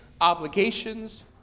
obligations